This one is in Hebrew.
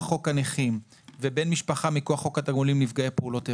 חוק הנכים ובן משפחה מכוח חוק התגמולים לנפגעי פעולות האיבה,